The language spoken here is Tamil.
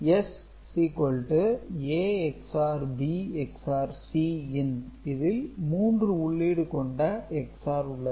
S A ⊕ B ⊕Cin இதில் 3 உள்ளீடு கொண்ட XOR உள்ளது